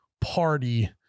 party